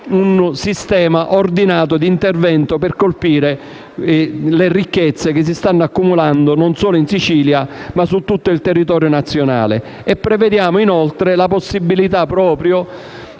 un sistema ordinato di intervento per colpire le ricchezze che si stanno accumulando, non solo in Sicilia, ma su tutto il territorio nazionale. Prevediamo, inoltre, la possibilità che